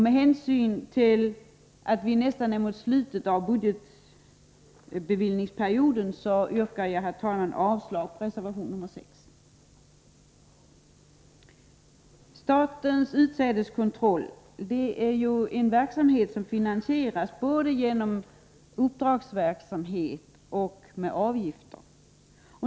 Med hänsyn till att vi nästan är framme vid slutet av budgetbeviljningsperioden yrkar jag, herr talman, avslag på reservation nr 6. Statens utsädeskontroll är en verksamhet som finansieras både genom uppdragsverksamhet och med avgifter.